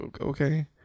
okay